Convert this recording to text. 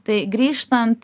tai grįžtant